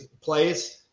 plays